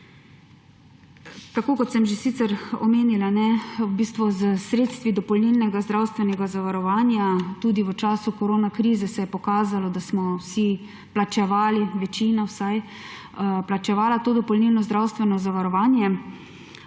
Tako kot sem že sicer omenila, v bistvu s sredstvi dopolnilnega zdravstvenega zavarovanja tudi v času korona krize se je pokazalo, da smo vsi plačevali, večina vsaj, to dopolnilno zdravstveno zavarovanje;